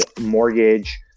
mortgage